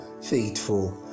faithful